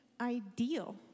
ideal